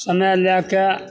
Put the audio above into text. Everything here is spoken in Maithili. समय लैके